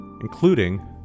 including